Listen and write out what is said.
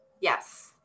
Yes